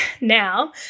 now